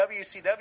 WCW